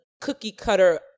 cookie-cutter